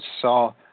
saw